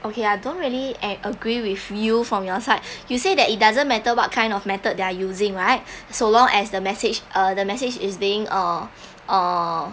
okay I don't really a~ agree with you from your side you say that it doesn't matter what kind of method they're using right so long as the message uh the message is being uh uh